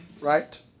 right